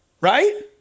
Right